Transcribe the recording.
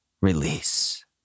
release